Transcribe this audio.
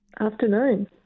Afternoon